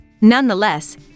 Nonetheless